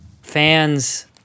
fans